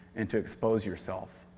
and to expose yourself.